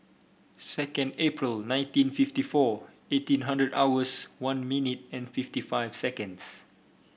second April nineteen fifty four eighteen hundred hours one minute and fifty five seconds